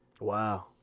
Wow